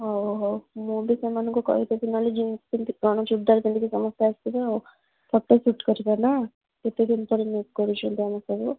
ହଉ ହଉ ମୁଁ ବି ସେମାନଙ୍କୁ କହିଦେବି ନହେଲେ ଜିନ୍ସ୍ ପିନ୍ଧିକି ଚୁଡ଼ିଦାର୍ ପିନ୍ଧିକି ସମସ୍ତେ ଆସିବେ ଆଉ ଫଟୋ ସୁଟ୍ କରିବା ନା କେତେ ଦିନ ପରେ ମିଟ୍ କରୁଛନ୍ତି ଆମେ ସବୁ